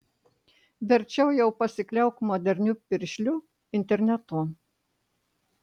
verčiau jau pasikliauk moderniu piršliu internetu